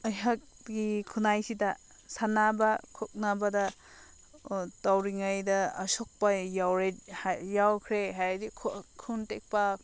ꯑꯩꯍꯥꯛꯀꯤ ꯈꯨꯟꯅꯥꯏꯁꯤꯗ ꯁꯥꯟꯅꯕ ꯈꯣꯠꯅꯕꯗ ꯇꯧꯔꯤꯉꯩꯗ ꯑꯁꯣꯛꯄ ꯌꯥꯎꯈ꯭ꯔꯦ ꯍꯥꯏꯔꯗꯤ ꯈꯣꯡꯇꯦꯛꯄ